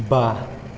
बा